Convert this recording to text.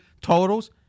totals